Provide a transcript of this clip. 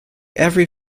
every